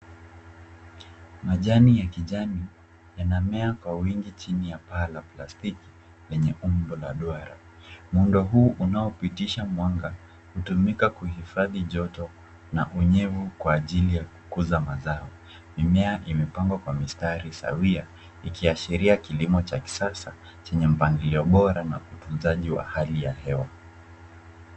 Majani ya kijani yanamea kwa wingi chini ya paa la plastiki yenye umbo la duara. Muundo huu unaopitisha mwanga, hutumika kuhifadhi joto na unyevu kwa ajili ya kukuza mazao. Mimea imepangwa kwa mistari sawia ikiashiria kilimo cha kisasa chenye mpangilio bora na utunzaji wa hali ya hewa.